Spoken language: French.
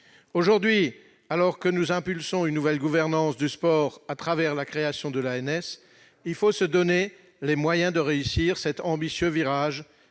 Aujourd'hui, alors que nous mettons en oeuvre une nouvelle gouvernance du sport à travers la création de l'ANS, il faut se donner les moyens de réussir cet ambitieux virage,